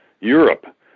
Europe